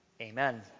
Amen